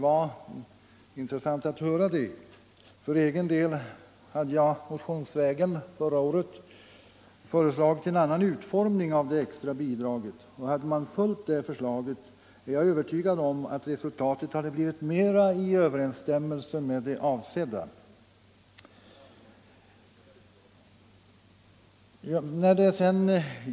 För egen del föreslog jag i en motion förra året en annan utformning av det extra bidraget. Hade man följt det förslaget är jag övertygad om att resultatet hade blivit mera i överensstämmelse med det avsedda.